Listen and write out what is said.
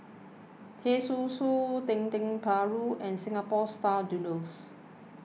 Teh Susu Dendeng Paru and Singapore Style Noodles